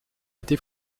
été